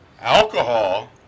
alcohol